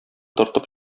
тартып